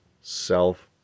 self